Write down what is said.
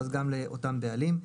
גם לאותם בעלים.